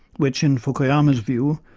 which, in fukuyama's view,